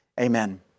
Amen